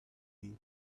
beat